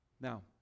Now